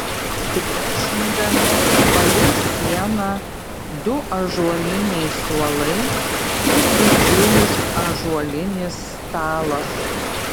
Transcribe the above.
priešingame palei sieną du ąžuoliniai suolai ir didžiulis ąžuolinis stalas